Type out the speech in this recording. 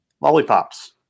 lollipops